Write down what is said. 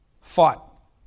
fought